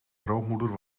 grootmoeder